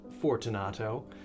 Fortunato